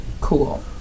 Cool